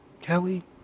Kelly